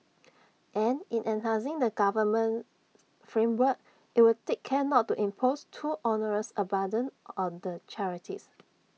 and in enhancing the governance framework IT will take care not to impose too onerous A burden on the charities